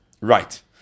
right